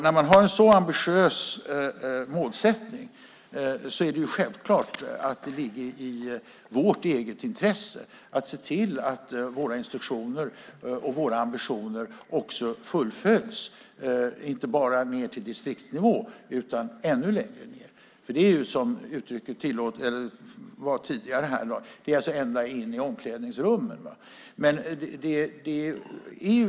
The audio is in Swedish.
Med en så ambitiös målsättning är det självklart att det ligger i vårt eget intresse att se till att våra instruktioner och våra ambitioner fullföljs, inte bara på distriktsnivå utan ännu längre ned, som sades tidigare, alltså ända in i omklädningsrummen.